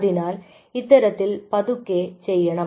അതിനാൽ ഇത്തരത്തിൽ പതുക്കെ ചെയ്യണം